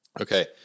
okay